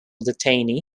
detainee